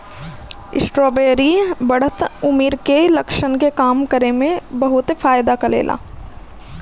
strawberry बढ़त उमिर के लक्षण के कम करे में बहुते फायदा करेला